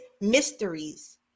mysteries